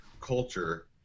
culture